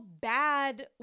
bad